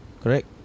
Correct